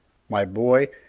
my boy,